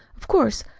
of course,